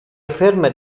afferma